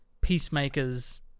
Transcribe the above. peacemakers